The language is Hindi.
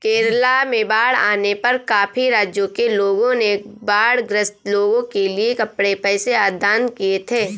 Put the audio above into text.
केरला में बाढ़ आने पर काफी राज्यों के लोगों ने बाढ़ ग्रस्त लोगों के लिए कपड़े, पैसे आदि दान किए थे